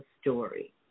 story